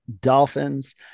dolphins